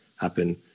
happen